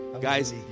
Guys